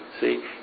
see